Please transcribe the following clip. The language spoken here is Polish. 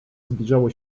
zbliżało